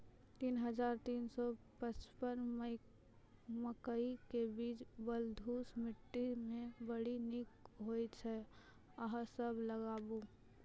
तीन हज़ार तीन सौ पचपन मकई के बीज बलधुस मिट्टी मे बड़ी निक होई छै अहाँ सब लगाबु?